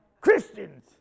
Christians